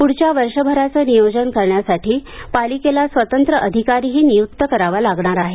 पुढच्या वर्षभराचं नियोजन करण्यासाठी पालिकेला स्वतंत्र अधिकारीही नियुक्त करावा लागणार आहे